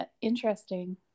interesting